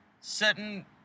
certain